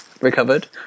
recovered